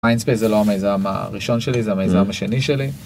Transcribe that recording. מיינדספייס זה לא המיזם הראשון שלי, זה המיזם השני שלי.